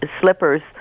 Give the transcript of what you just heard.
slippers